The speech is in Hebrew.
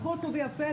הכול טוב ויפה,